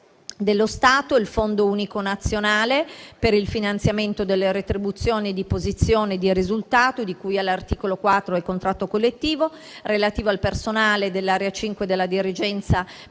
dello Stato, il Fondo unico nazionale per il finanziamento delle retribuzioni di posizione e di risultato, di cui all'articolo 4 del contratto collettivo, relativo al personale dell'area 5 della dirigenza per